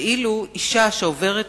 ואילו אשה שעוברת